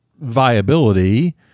viability